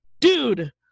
dude